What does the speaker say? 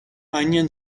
onion